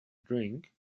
drink